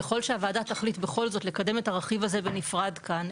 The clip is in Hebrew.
ככל שהוועדה תחליט בכל זאת לקדם את הרכיב הזה בנפרד כאן,